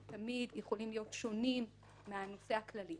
תמיד יכולים להיות שונים מהנושא הכללי.